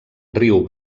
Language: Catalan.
riu